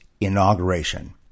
inauguration